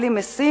בלי משים,